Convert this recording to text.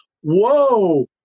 whoa